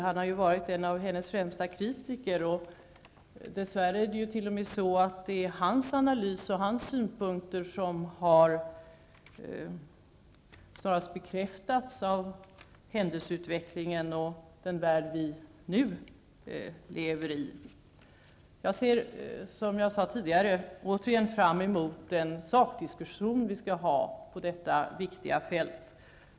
Han har ju varit en av hennes främsta kritiker, och dess värre är det t.o.m. så, att det är hans analys och hans synpunkter som snarast har bekräftats av händelseutvecklingen och den värld som vi nu lever i. Jag ser, som jag sade tidigare, återigen fram emot den sakdiskussion som vi skall ha på detta viktiga fält.